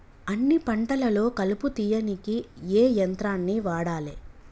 అన్ని పంటలలో కలుపు తీయనీకి ఏ యంత్రాన్ని వాడాలే?